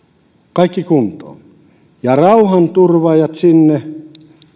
kaikki kuntoon ja rauhanturvaajat sinne